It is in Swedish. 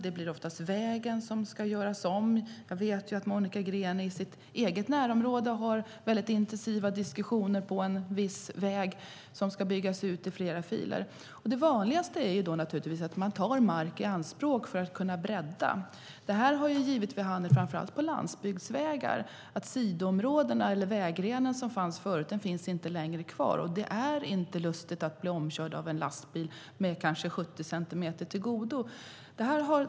Det handlar ofta om att en väg ska göras om. Jag vet att Monica Green i sitt eget närområde har intensiva diskussioner om en väg som ska byggas ut till flera filer. Det vanligaste är att man tar mark i anspråk för att kunna bredda. Framför allt på landsbygdsvägar har det medfört att den vägren som fanns förut inte längre finns kvar. Det är inte lustigt att bli omkörd av en lastbil med kanske 70 cm till godo.